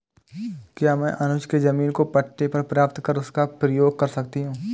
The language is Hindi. क्या मैं अनुज के जमीन को पट्टे पर प्राप्त कर उसका प्रयोग कर सकती हूं?